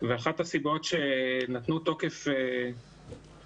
אחת הסיבות שנתנו תוקף לתקנות,